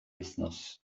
wythnos